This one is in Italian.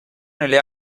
nelle